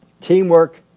Teamwork